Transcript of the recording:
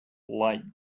like